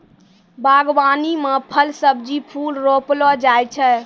बागवानी मे फल, सब्जी, फूल रौपलो जाय छै